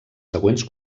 següents